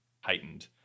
heightened